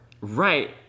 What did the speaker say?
right